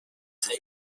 شاه